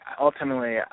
ultimately